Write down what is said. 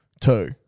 Two